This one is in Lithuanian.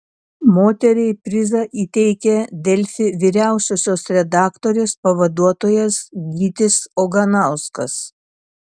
moteriai prizą įteikė delfi vyriausiosios redaktorės pavaduotojas gytis oganauskas